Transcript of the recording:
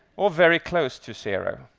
or very close to zero.